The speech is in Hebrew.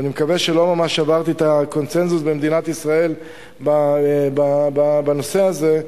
ואני מקווה שלא ממש שברתי את הקונסנזוס במדינת ישראל בנושא הזה,